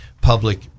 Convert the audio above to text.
public